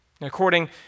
According